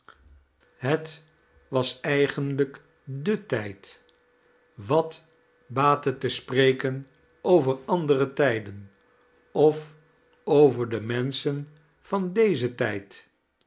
het was eigenlijk de tijd wat baat het te spreken over andere tijden of over de menschen van dezen tijd